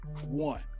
one